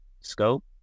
scope